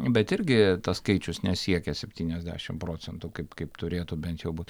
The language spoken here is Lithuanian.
bet irgi tas skaičius nesiekia septyniasdešimt procentų kaip kaip turėtų bent jau būt